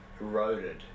eroded